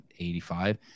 85